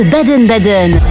Baden-Baden